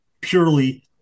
purely